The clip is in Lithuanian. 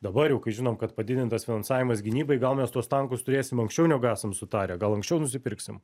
dabar jau kai žinom kad padidintas finansavimas gynybai gal mes tuos tankus turėsim anksčiau negu esam sutarę gal anksčiau nusipirksim